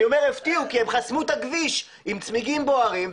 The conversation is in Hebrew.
אני אומר שהם הפתיעו כי הם חסמו את הכביש עם צמיגים בוערים,